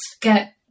get